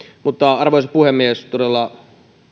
arvoisa puhemies